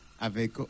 avec